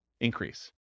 increase